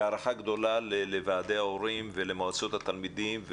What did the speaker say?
והערכה גדולה לוועדי ההורים ולמועצות התלמידים.